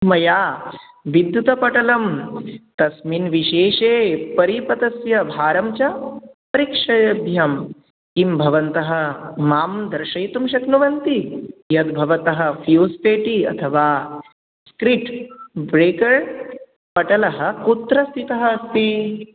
मया विद्युत्पटलं तस्मिन् विशेषे परिपथस्य भारं च परिक्षयेयं किं भवन्तः मां दर्शयितुं शक्नुवन्ति यद् भवतः फ़्यूज़्पेटी अथवा स्ट्रीट्ब्रेकर्पटलः कुत्र स्थितः अस्ति